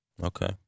Okay